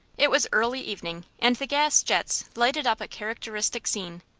it was early evening, and the gas jets lighted up a characteristic scene.